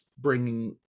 bringing